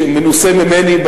שמנוסה ממני,